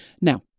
Now